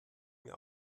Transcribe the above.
mir